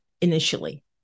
initially